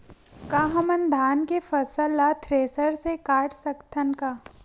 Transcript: का हमन धान के फसल ला थ्रेसर से काट सकथन का?